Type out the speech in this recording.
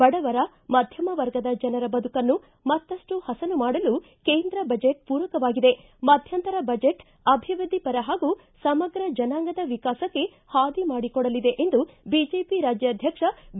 ಬಡವರ ಮಧ್ಯಮ ವರ್ಗದ ಜನರ ಬದುಕನ್ನು ಮತ್ತಷ್ಟು ಪಸನು ಮಾಡಲು ಕೇಂದ್ರ ಬಜೆಟ್ ಪೂರಕವಾಗಿದೆ ಮಧ್ಯಂತರ ಬಜೆಟ್ ಅಭಿವ್ಯದ್ವಿಪರ ಪಾಗೂ ಸಮಗ್ರ ಜನಾಂಗದ ವಿಕಾಸಕ್ಕೆ ಪಾದಿ ಮಾಡಿ ಕೊಡಲಿದೆ ಎಂದು ಬಿಜೆಪಿ ರಾಜ್ಯಾಧ್ವಕ್ಷ ಬಿ